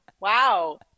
wow